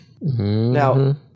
Now